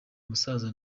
musaza